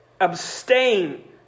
Abstain